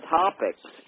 topics